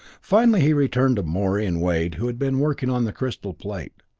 finally he returned to morey and wade who had been working on the crystal plate.